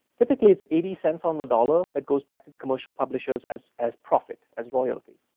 typically it's eighty cents on the dollar that goes back to the commercial publishers as as profit, as royalty.